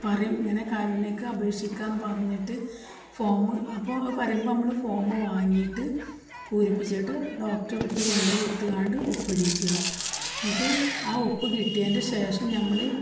പറയും ഇങ്ങനെ കാരുണ്യക്ക് അപേക്ഷിക്കാം പറഞ്ഞിട്ട് ഫോമ് അപ്പോൾ പറയുമ്പം നമ്മൾ ഫോമ് വാങ്ങിയിട്ട് പൂരിപ്പിച്ചിട്ട് ഡോക്ടറെ അടുത്ത് കൊണ്ടു പോയി കൊടുത്തങ്ങാണ്ട് ഒപ്പ് ഇടിക്കുക എന്നിട്ട് ആ ഒപ്പ് കിട്ടിയതിൻ്റെ ശേഷം നമ്മൾ